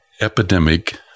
epidemic